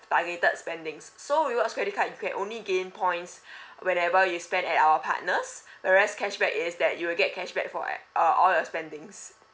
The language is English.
targeted spendings so rewards credit card it could only gain points whenever you spend at our partners whereas cashback is that you'll get cashback for like uh all your spendings